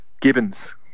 Gibbons